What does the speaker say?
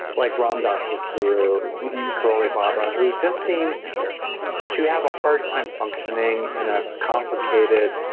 like ramdas guru neem karoli baba, who just seemed to have a hard time functioning in a complicated